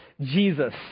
Jesus